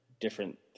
different